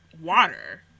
Water